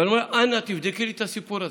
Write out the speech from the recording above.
ואני אומר: אנא, תבדקי לי את הסיפור הזה.